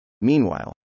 Meanwhile